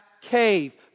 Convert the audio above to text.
cave